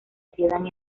quedan